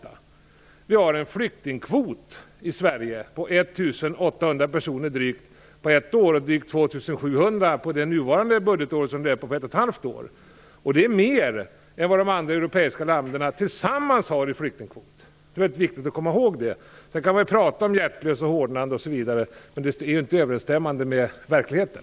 I Sverige har vi en flyktingkvot på drygt 1 800 personer per år. För det nuvarande budgetåret, som löper på ett och ett halvt år, är kvoten drygt 2 700. Denna kvot är högre än de andra europeiska ländernas sammanlagda flyktingkvoter. Det är väldigt viktigt att komma ihåg detta. Man kan tala om hjärtlöshet och hårdnande politik osv., men det är inte överensstämmande med verkligheten.